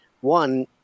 One